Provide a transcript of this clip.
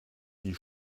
die